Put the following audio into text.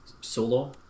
Solo